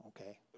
Okay